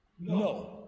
No